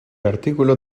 artículo